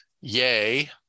yay